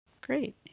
Great